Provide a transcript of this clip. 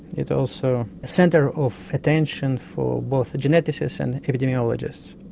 it's also centre of attention for both geneticists and epidemiologists.